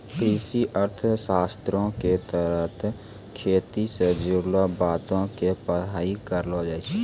कृषि अर्थशास्त्रो के तहत खेती से जुड़लो बातो के पढ़ाई करलो जाय छै